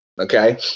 okay